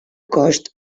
cost